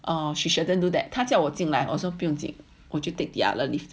err she shouldn't do that 他叫我进来 also 我就 take the other lift